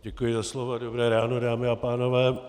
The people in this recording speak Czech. Děkuji za slovo a dobré ráno, dámy a pánové.